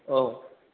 औ